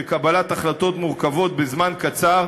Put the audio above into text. וקבלת החלטות מורכבות בזמן קצר,